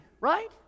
right